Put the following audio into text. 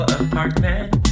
apartment